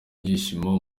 ibyishimo